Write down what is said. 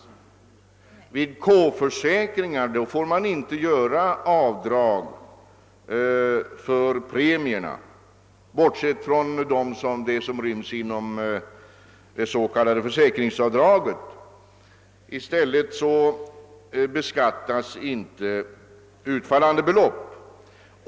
Vid K-försäkringar får man inte göra avdrag för premierna, bortsett från dem som ryms inom det s.k. försäkringsavdraget. I stället beskattas inte utfallande belopp.